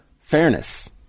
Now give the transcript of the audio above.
fairness